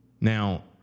Now